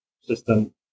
system